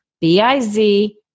B-I-Z